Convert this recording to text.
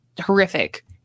horrific